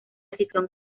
situación